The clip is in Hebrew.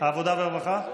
ועדת הבריאות.